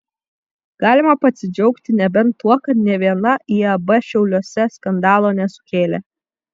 galima pasidžiaugti nebent tuo kad nė viena iab šiauliuose skandalo nesukėlė